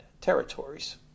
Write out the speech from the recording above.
territories